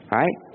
right